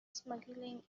smuggling